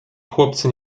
chłopcy